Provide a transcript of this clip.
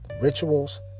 rituals